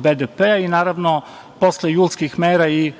BDP-a i naravno posle julskih mera i